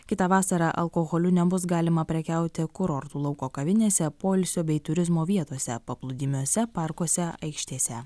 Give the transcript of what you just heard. kitą vasarą alkoholiu nebus galima prekiauti kurortų lauko kavinėse poilsio bei turizmo vietose paplūdimiuose parkuose aikštėse